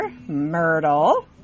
myrtle